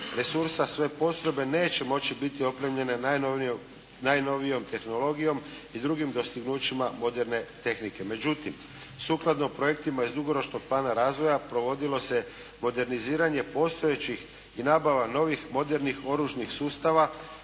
resursa sve postrojbe neće moći biti opremljene najnovijom tehnologijom i drugim dostignućima moderne tehnike. Međutim, sukladno projektima iz dugoročnog plana razvoja provodilo se moderniziranje postojećih i nabava novih modernih oružnih sustava